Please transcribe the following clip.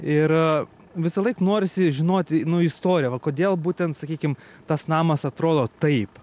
ir visąlaik norisi žinoti nu istoriją va kodėl būtent sakykim tas namas atrodo taip